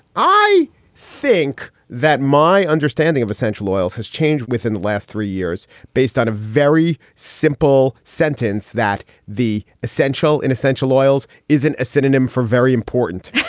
i think that my understanding of essential oils has changed within the last three years based on a very simple sentence that the essential and essential oils isn't a synonym for very important.